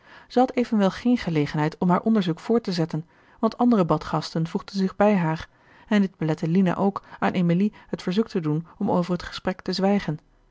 zij had evenwel geen gelegenheid om haar onderzoek voort te zetten want andere badgasten voegden zich bij haar en dit belette lina ook aan emilie het verzoek te doen om over het gesprek te zwijgen